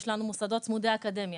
יש לנו מוסדות צמודי אקדמיה.